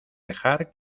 dejar